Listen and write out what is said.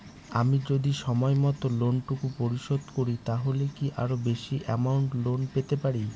আমি যদি সময় মত লোন টুকু পরিশোধ করি তাহলে কি আরো বেশি আমৌন্ট লোন পেতে পাড়ি?